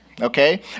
Okay